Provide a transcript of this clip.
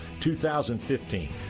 2015